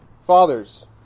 Fathers